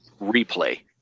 replay